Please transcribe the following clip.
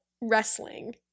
wrestling